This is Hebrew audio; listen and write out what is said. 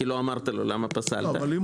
כי לא אמרת לו למה פסלת אותו.